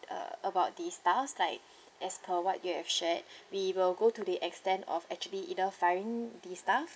uh about the staffs like as per what you have shared we will go to the extent of actually either firing the staff